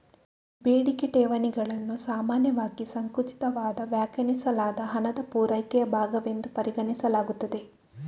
ಬೇಡಿಕೆ ಠೇವಣಿಗಳನ್ನು ಸಾಮಾನ್ಯವಾಗಿ ಸಂಕುಚಿತವಾಗಿ ವ್ಯಾಖ್ಯಾನಿಸಲಾದ ಹಣದ ಪೂರೈಕೆಯ ಭಾಗವೆಂದು ಪರಿಗಣಿಸಲಾಗುತ್ತದೆ